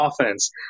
offense